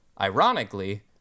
ironically